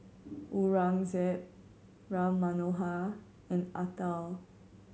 Aurangzeb Ram Manohar and Atal